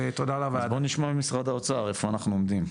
בואו נשמע את משרד האוצר איפה אנחנו עומדים.